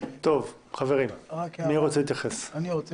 אני חושב